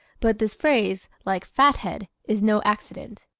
but this phrase, like fathead, is no accident.